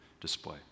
display